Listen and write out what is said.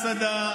ומסעדה,